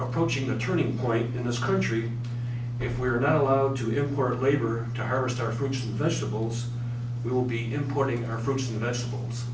approaching the turning point in this country if we are not allowed to import labor to harvest our fruits and vegetable we will be importing our fruits and vegetables